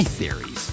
theories